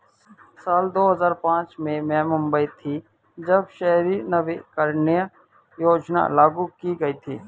साल दो हज़ार पांच में मैं मुम्बई में थी, जब शहरी नवीकरणीय योजना लागू की गई थी